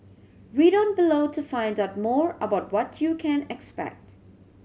read on below to find out more about what you can expect